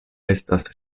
estas